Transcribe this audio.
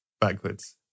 backwards